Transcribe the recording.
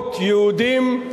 רבבות יהודים,